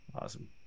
Awesome